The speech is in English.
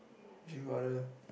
you are a